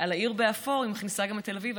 ב"העיר באפור" היא מכניסה גם את תל אביב,